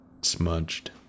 smudged